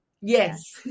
Yes